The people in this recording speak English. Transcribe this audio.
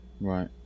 Right